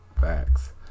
Facts